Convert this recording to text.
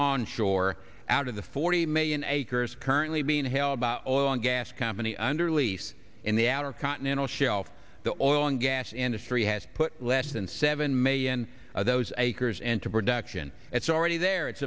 on shore out of the forty million acres currently being held by oil and gas company under lease in the outer continental shelf the oil and gas industry has put less than seven million of those acres into production it's already there it's